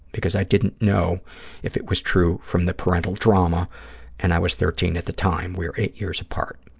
because i didn't know if it was true from the parental drama and i was thirteen at the time. we're eight years apart.